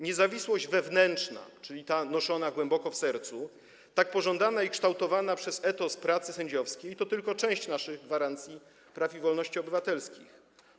Niezawisłość wewnętrzna, czyli ta noszona głęboko w sercu, tak pożądana i kształtowana przez etos pracy sędziowskiej, to tylko część naszych gwarancji praw i wolności obywatelskich.